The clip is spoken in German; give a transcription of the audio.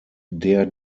der